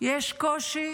יש קושי